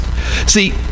See